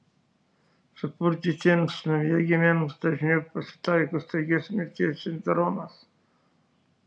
supurtytiems naujagimiams dažniau pasitaiko staigios mirties sindromas